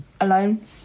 alone